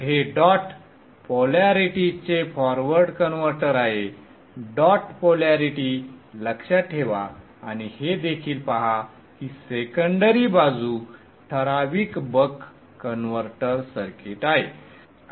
हे डॉट पोलॅरिटीजचे forward converter आहे डॉट पोलॅरिटी लक्षात ठेवा आणि हे देखील पहा की सेकंडरी बाजू ठराविक बक कन्व्हर्टर सर्किट आहे